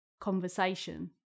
conversation